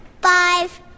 five